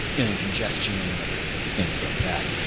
yeah and congestion and other things like that.